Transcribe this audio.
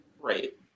Right